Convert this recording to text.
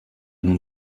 nun